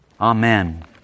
Amen